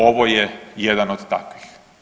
Ovo je jedan od takvih.